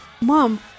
Mom